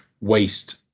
waste